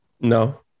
No